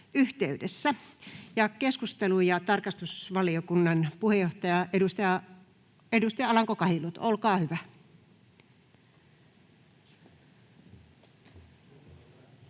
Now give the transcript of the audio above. Keskustelu, tarkastusvaliokunnan puheenjohtaja, edustaja Alanko-Kahiluoto, olkaa hyvä.